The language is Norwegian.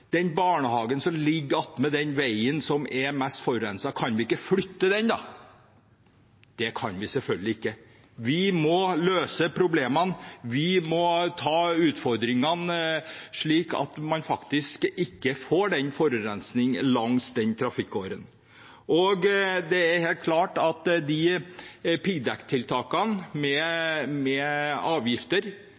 den barnehagen som ligger ved siden av den veien som er mest forurenset, er svaret at det kan vi selvfølgelig ikke. Vi må løse problemene. Vi må ta utfordringene, slik at vi faktisk ikke får den forurensningen langs den trafikkåren. Det er helt klart at avgiftene for å kjøre med